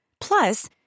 Plus